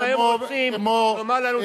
אז אתם היום מעדיפים לומר לנו,